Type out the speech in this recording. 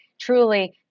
truly